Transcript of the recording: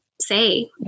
say